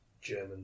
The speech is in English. German